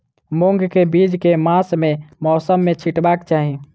मूंग केँ बीज केँ मास आ मौसम मे छिटबाक चाहि?